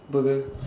burger